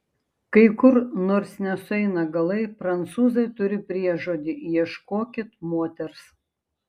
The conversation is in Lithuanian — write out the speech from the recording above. kai kur nors nesueina galai prancūzai turi priežodį ieškokit moters